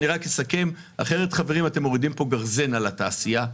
אתם מורידים פה גרזן על התעשייה,